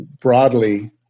broadly